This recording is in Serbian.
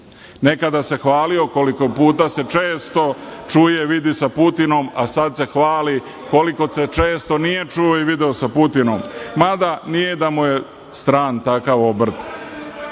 Nekada se hvalio koliko puta se često čuje, vidi sa Putinom, a sad se hvali koliko se često nije čuo i video sa Putinom. Mada nije da mu je stran takav obrt.U